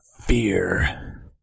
fear